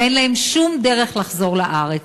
ואין להם שום דרך לחזור לארץ.